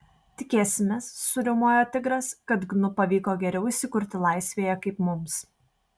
tikėsimės suriaumojo tigras kad gnu pavyko geriau įsikurti laisvėje kaip mums